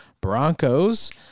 Broncos